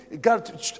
God